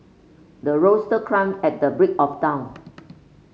the rooster crowd at the break of dawn